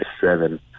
seven